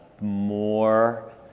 more